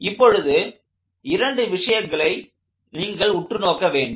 இப்போது இரண்டு விஷயங்களை நீங்கள் உற்று நோக்க வேண்டும்